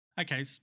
okay